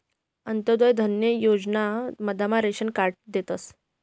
अंत्योदय धान्य योजना मधमा रेशन कार्ड देतस